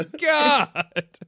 God